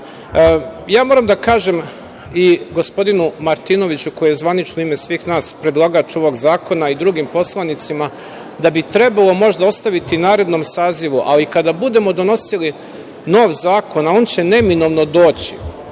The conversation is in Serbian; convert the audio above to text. Moram da kažem i gospodinu Martinoviću koji je zvanično u ime svih nas predlagač ovog zakona i drugim poslanicima, da bi trebalo možda ostaviti narednom sazivu, ali kada budemo donosili nov zakon, a on će neminovno doći,